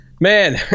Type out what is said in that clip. Man